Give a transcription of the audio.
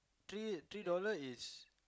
three three dollar is